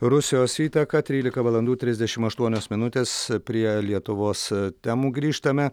rusijos įtaką trylika valandų trisdešim aštuonios minutės prie lietuvos temų grįžtame